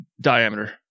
diameter